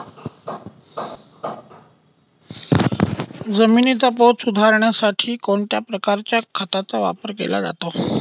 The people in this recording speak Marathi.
जमिनीचा पोत सुधारण्यासाठी कोणत्या प्रकारच्या खताचा वापर केला जातो?